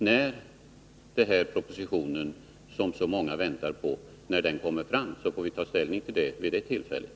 När den proposition som många väntar på kommer får vi ta ställning vid det tillfället.